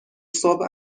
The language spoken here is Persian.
صبح